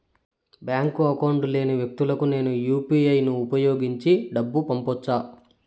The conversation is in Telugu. బ్యాంకు అకౌంట్ లేని వ్యక్తులకు నేను యు పి ఐ యు.పి.ఐ ను ఉపయోగించి డబ్బు పంపొచ్చా?